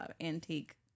antique